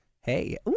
Hey